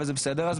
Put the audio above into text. וזה בסדר,